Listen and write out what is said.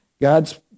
God's